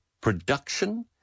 production